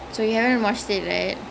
ah you mean ebola holmes